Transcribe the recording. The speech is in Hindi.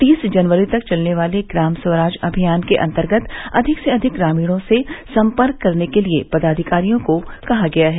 तीस जनवरी तक चलने वाले ग्राम स्वराज अभियान के अन्तर्गत अधिक से अधिक ग्रामीणों से सम्पर्क करने के लिये पदाधिकारियों को कहा गया है